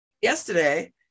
yesterday